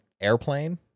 airplane